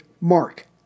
mark